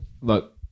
Look